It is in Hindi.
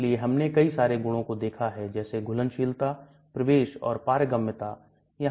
भोजन हम किस प्रकार का भोजन कर रहे हैं यह सभी बहुत महत्वपूर्ण भूमिका निभाते हैं